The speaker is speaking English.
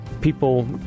People